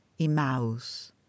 Emaus